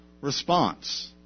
response